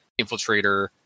Infiltrator